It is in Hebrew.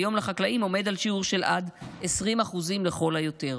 כיום לחקלאים עומד על שיעור של עד 20% לכל היותר.